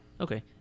Okay